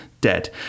dead